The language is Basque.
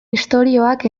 istorioak